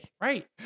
Right